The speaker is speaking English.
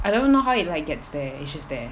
I don't even know how it like gets there it's just there